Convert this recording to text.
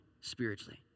spiritually